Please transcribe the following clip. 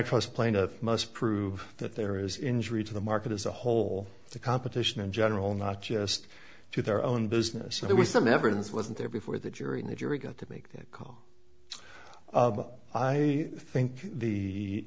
trust plaintiff must prove that there is injury to the market as a whole to competition in general not just to their own business so there was some evidence wasn't there before the jury and the jury got to make that call i think the